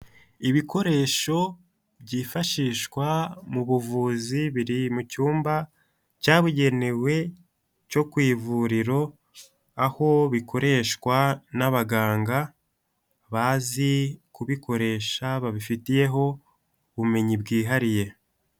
Ibikoresho byifashishwa mu buvuzi biri mu cyumba cyabugenewe cyo ku ivuriro, aho bikoreshwa n'abaganga bazi kubikoresha babifitiyeho ubumenyi bwihariye.